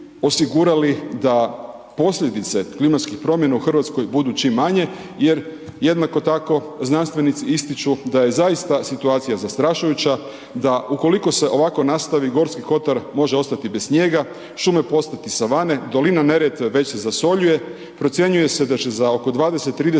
da posljedice klimatskih promjena u Hrvatskoj budu čim manje jer jednako tako, znanstvenici ističu da je zaista situacija zastrašujuća, da ukoliko se ovako nastavi, Gorski kotar može ostati bez snijega, šume postati savane, dolina Neretve već se zasoljuje, procjenjuje se da će za oko 20, 30